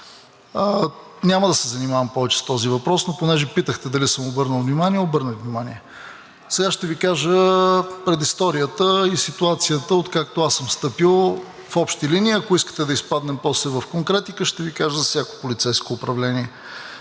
Няма да се занимавам повече с този въпрос, но понеже питахте дали съм обърнал внимание? Обърнах внимание. Сега ще Ви кажа предисторията и ситуацията, откакто аз съм встъпил, в общи линии. Ако искате да изпаднем после в конкретика, ще Ви кажа за всяко полицейско управление.